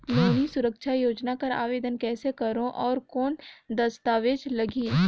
नोनी सुरक्षा योजना कर आवेदन कइसे करो? और कौन दस्तावेज लगही?